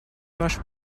наш